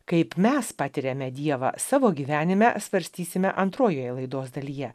kaip mes patiriame dievą savo gyvenime svarstysime antrojoje laidos dalyje